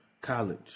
college